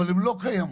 אבל הן לא קיימות